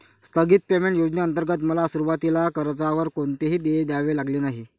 स्थगित पेमेंट योजनेंतर्गत मला सुरुवातीला कर्जावर कोणतेही देय द्यावे लागले नाही